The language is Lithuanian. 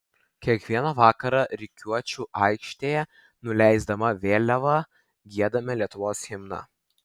kiekvieną vakarą rikiuočių aikštėje nuleisdami vėliavą giedame lietuvos himną